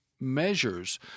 measures